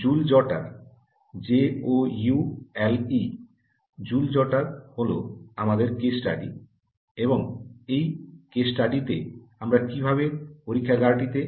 joule jotter J O U L E joule jotter হল আমাদের case study এবং এই কেস স্টাডিটিতে আমরা কিভাবে পরীক্ষাগারটিতে